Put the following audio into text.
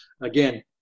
again